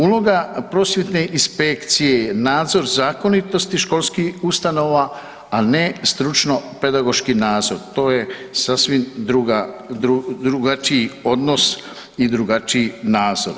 Uloga prosvjetne inspekcije je nadzor zakonitosti školskih ustanova, a ne stručno pedagoški nadzor, to je sasvim druga, drugačiji odnos i drugačiji nadzor.